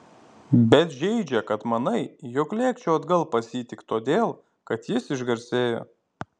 bet žeidžia kad manai jog lėkčiau atgal pas jį tik todėl kad jis išgarsėjo